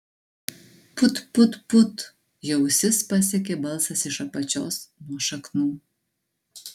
put put put jų ausis pasiekė balsas iš apačios nuo šaknų